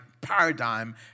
paradigm